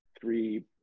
three